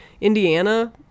indiana